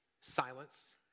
silence